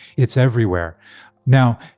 it's everywhere now,